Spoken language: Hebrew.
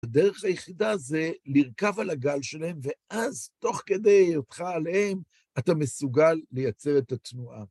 הדרך היחידה זה לרכב על הגל שלהם, ואז תוך כדי היותך עליהם, אתה מסוגל לייצר את התנועה.